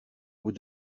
vous